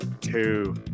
two